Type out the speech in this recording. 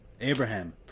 Abraham